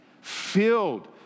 filled